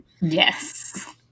Yes